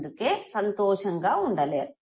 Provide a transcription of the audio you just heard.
అందుకే సంతోషంగా ఉండలేరు